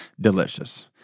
delicious